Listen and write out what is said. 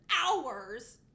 hours